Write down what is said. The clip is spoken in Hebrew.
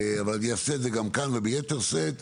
אבל אני אעשה את זה גם כאן וביתר שאת,